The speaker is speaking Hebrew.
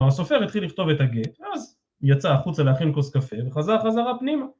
והסופר התחיל לכתוב את הגט, אז יצא החוצה להכין כוס קפה וחזר חזרה פנימה